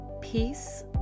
peace